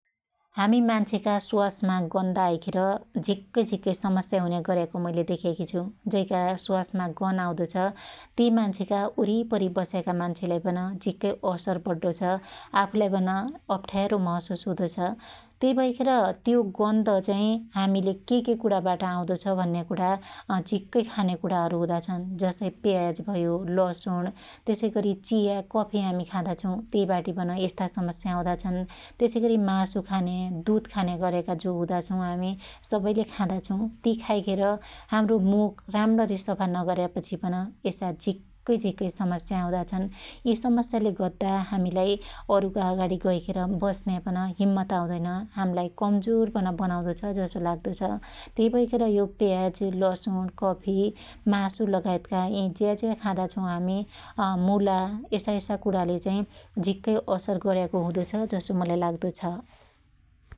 हामी मान्छेका स्वासमा गन्दा आइखेर झीक्कै झीक्कै समस्या हुने गर्याको मुईले देख्याकी छु । जैका स्वासमा गन आउदो छ त्यइ मान्छेका वरीपरि बस्याका मान्छलाई पन झीक्कै असर पड्डो छ । आफुलाई पन अप्ठ्यारो महशुस हुदो छ । त्यई भैखेर त्यो गन्ध चाहि हामिले के के कुणा बाट आउदो छ भन्याकुणा अझक्कै खान्या कुणाहरु हुदाछन । जसै प्याज भयो, लसुण, त्यसैगरी चिया ,कफि ,हामी खादा छौ । त्यइबाटी पन यस्ता समस्या आउदा छन् । त्यसैगरी मासु खान्या, दुध खान्या जो गर्याका जो हुदा छौ हामी सबैले खादा छौ ती खाईखेर हाम्रो मुख राम्णणी सफा नगर्या पछी पन यसा झीक्कै झीक्कै समस्या आउदा छन् । यि समस्याले गद्दा हामीलाई अरुका अगाडी गैखेर बस्न्या पन हिम्मत आउदैन् । हाम्लाई कमजोर पन बनाउदो छ जसो लाग्दछ । त्यई भैखेर त्यो प्याज, लसुण, कफि, मासु, लगाएतका यि ज्याज्या खादा छौ हामि अमुला यसायसा कुणाले झीक्कै असर गर्याको हुदो छ जसो मलाई लाग्दो छ ।